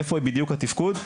איפה בדיוק התפקוד?